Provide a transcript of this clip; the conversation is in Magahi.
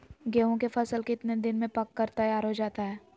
गेंहू के फसल कितने दिन में पक कर तैयार हो जाता है